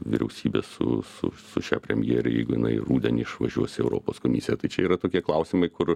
vyriausybę su su su šia premjere jeigu jinai rudenį išvažiuos į europos komisiją tai čia yra tokie klausimai kur